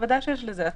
ודאי שיש לזה הצדקה.